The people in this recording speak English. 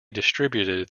distributed